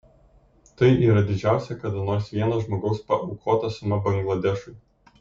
tai yra didžiausia kada nors vieno žmogaus paaukota suma bangladešui